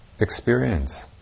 experience